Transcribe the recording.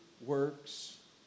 works